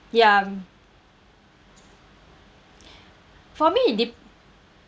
ya mm for me depends